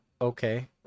okay